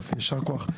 יופי, ישר כוח.